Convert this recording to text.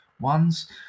ones